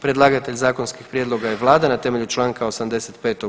Predlagatelj zakonskih prijedloga je Vlada na temelju čl. 85.